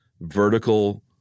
vertical